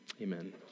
Amen